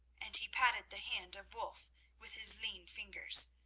and he patted the hand of wulf with his lean fingers.